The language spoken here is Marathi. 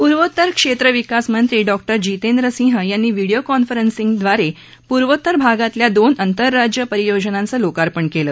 पूर्वोत्तर क्षेत्र विकास मंत्री डॉ जितेंद्र सिह यांनी व्हिडियो कॉन्फरन्सिंगद्वारे पूर्वोत्तर भागातल्या दोन अंतर राज्य परियोजनांचं लोकार्पण केलं